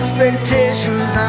Expectations